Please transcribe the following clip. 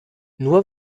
nur